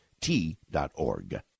t.org